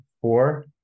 four